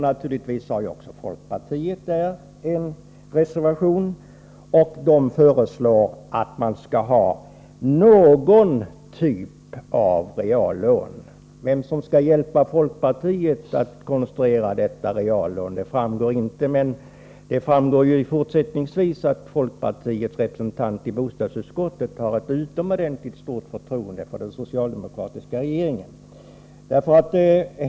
Naturligtvis har också folkpartiet en reservation där man föreslår ”någon form av reallån”. Vem som skall hjälpa folkpartiet att konstruera detta lån står det ingenting om, men det framgår fortsättningsvis att folkpartiets representant i bostadsutskottet har ett utomordentligt stort förtroende för den socialdemokratiska regeringen.